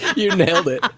you nailed it